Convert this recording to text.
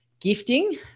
gifting